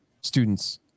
students